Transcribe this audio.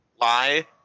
lie